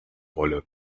wolle